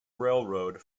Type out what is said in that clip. railroad